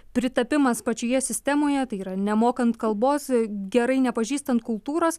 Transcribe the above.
pritapimas pačioje sistemoje tai yra nemokant kalbos gerai nepažįstant kultūros